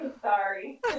Sorry